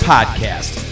Podcast